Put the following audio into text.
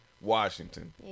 Washington